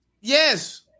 Yes